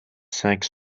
cinq